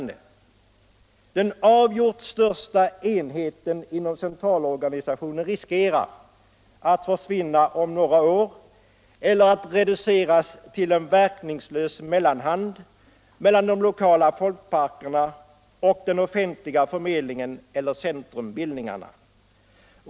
Den avgjort största enheten inom centralorganisationen riskerar att försvinna om några år eller att reduceras till en verkningslös mellanhand mellan de lokala folkparkerna och den offentliga förmedlingen eller centrumbildningarna.